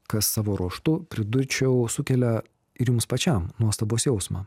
kas savo ruožtu pridurčiau sukelia ir jums pačiam nuostabos jausmą